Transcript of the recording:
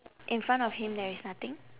in front of him there is nothing